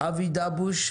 אבי דבוש,